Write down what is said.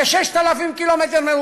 כ-6,000 קמ"ר,